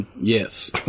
Yes